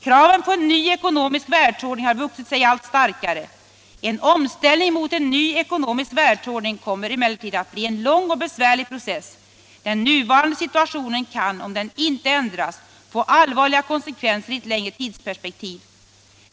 Kraven på en ny ekonomisk världsordning har vuxit sig allt starkare. En omställning mot en ny ekonomisk världsordning kommer emellertid att bli en lång och besvärlig process. Den nuvarande situationen kan, om den inte ändras, få allvarliga konsekvenser i ett längre tidsperspektiv.